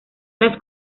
las